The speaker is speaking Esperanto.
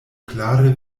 klare